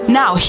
now